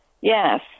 yes